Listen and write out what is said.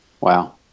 wow